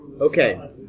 Okay